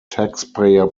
taxpayer